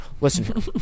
Listen